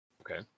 Okay